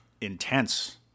intense